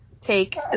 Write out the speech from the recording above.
take